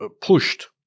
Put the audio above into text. pushed